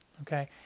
okay